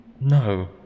No